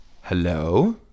Hello